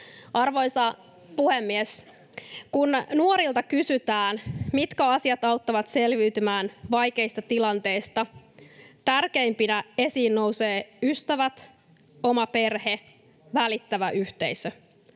Arvoisa puhemies! Kun nuorilta kysytään, mitkä asiat auttavat selviytymään vaikeista tilanteista, tärkeimpinä esiin nousevat ystävät, oma perhe, välittävä yhteisö.